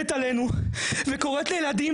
היא קוראת לאנשים